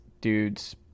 dudes